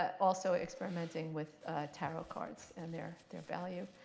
also experimenting with tarot cards and their their value.